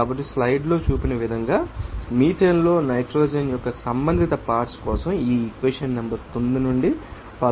కాబట్టి స్లైడ్లలో చూపిన విధంగా మీథేన్లో నైట్రోజన్ యొక్క సంబంధిత పార్ట్శ్ కోసం ఈ ఈక్వేషన్ నెంబర్ 9 నుండి 13 వరకు వ్యక్తీకరించబడుతుంది